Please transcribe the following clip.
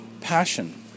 passion